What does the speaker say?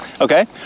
Okay